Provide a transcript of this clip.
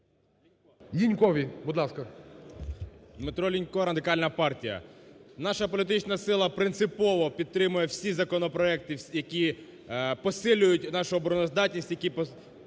Дмитро Лінько, Радикальна партія. Наша політична сила принципово підтримує всі законопроекти, які посилюють нашу обороноздатність, які підтримують наших